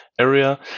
area